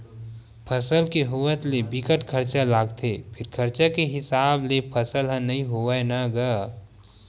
फसल के होवत ले बिकट खरचा लागथे फेर खरचा के हिसाब ले फसल ह नइ होवय न गा